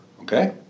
Okay